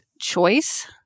choice